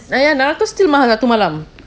nak beratur still mahal satu malam